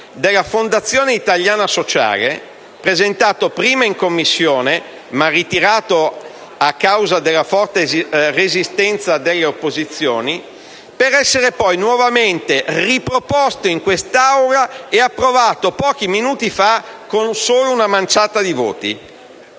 della Fondazione Italia sociale, presentato prima in Commissione, ma ritirato a causa della forte resistenza delle opposizioni, per essere poi nuovamente riproposto in quest'Aula e approvato pochi minuti fa, con solo una manciata di voti.